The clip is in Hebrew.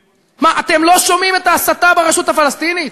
מה, אתם לא שומעים את ההסתה ברשות הפלסטינית?